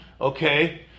Okay